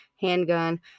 handgun